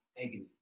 agony